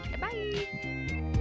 Bye